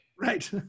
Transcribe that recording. Right